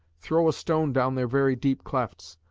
throw a stone down their very deep clefts,